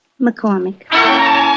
McCormick